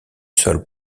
sol